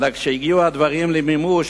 אלא כשהגיעו הדברים למימוש,